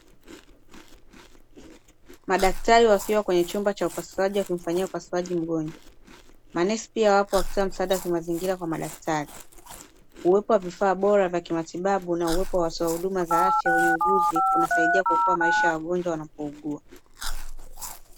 Madaktari wakiwa kwenye chumba ya upasuaji wakimfanyia upasuaji mgonjwa. Manesi pia wapo wakitoa msaada kimazingira kwa madaktari. Uwepo wa vifaa bora vya kimatibabu na uwepo wa watoa huduma za afya wenye ujuzi, kunasaidia kuokoa maisha ya wagonjwa wanapougua.